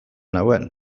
nuen